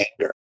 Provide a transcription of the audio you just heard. anger